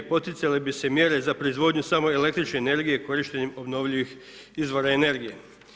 Poticale bi se mjere za proizvodnju samo električne energije i korištenjem obnovljivih izvora energije.